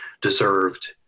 deserved